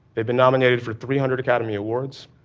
they've been nominated for three hundred academy awards,